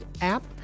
app